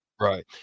right